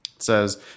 says